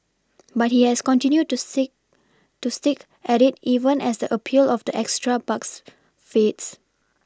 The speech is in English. but he has continued to see to stick at it even as a appeal of the extra bucks fades